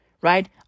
right